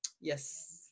Yes